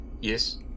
yes